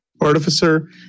artificer